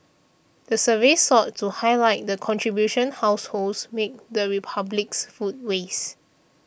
the survey sought to highlight the contribution households make to the Republic's food waste